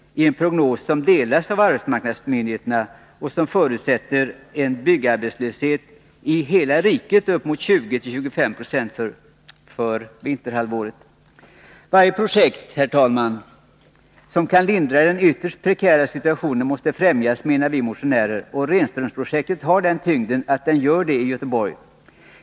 i en prognos som arbetsmarknadsmyndigheterna ansluter sig till en arbetslöshet för vinterhalvåret på uppemot 20-25 96 i hela riket. Vi motionärer menar att varje projekt som kan lindra den ytterst prekära situationen måste främjas. Och Renströmsprojektet har den tyngden att det kan göra det i Göteborg.